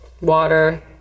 Water